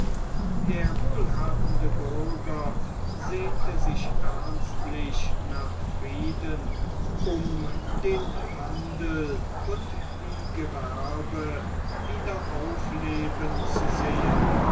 der wohlhabende bürger sehnte sich ernstlich nach frieden um den handel und die gewerbe wieder aufleben zu sehen